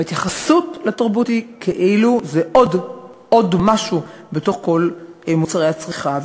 וההתייחסות לתרבות היא כאילו זה עוד משהו בתוך כל מוצרי הצריכה.